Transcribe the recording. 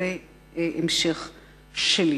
זה המשך שלי.